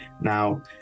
Now